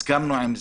הסכמנו עם זה.